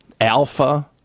alpha